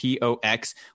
POX